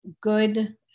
good